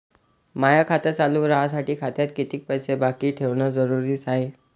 माय खातं चालू राहासाठी खात्यात कितीक पैसे बाकी ठेवणं जरुरीच हाय?